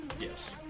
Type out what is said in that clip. Yes